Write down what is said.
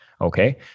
okay